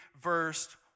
verse